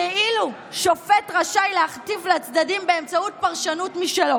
כאילו שופט רשאי להכתיב לצדדים באמצעות פרשנות משלו